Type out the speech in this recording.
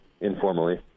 informally